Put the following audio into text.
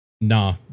Nah